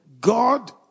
God